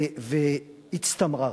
והצטמררתי.